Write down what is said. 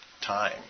Time